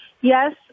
Yes